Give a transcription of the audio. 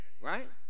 Right